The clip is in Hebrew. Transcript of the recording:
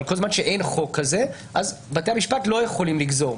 אבל כל זמן שאין חוק כזה בתי המשפט לא יכולים לגזור.